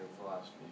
philosophy